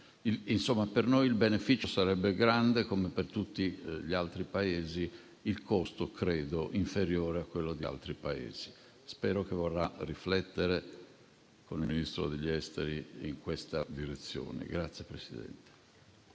Insomma, per noi il beneficio sarebbe grande, come per tutti gli altri Paesi, e il costo sarebbe inferiore, credo, a quello di altri Paesi. Spero che vorrà riflettere con il Ministro degli affari esteri in questa direzione.